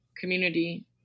community